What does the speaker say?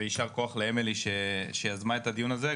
ויישר כוח לאמילי שיזמה את הדיון הזה.